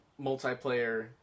multiplayer